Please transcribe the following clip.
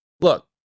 look